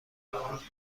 مودبانهتری